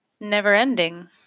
never-ending